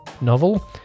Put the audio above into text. novel